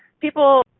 people